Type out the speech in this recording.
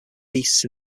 beasts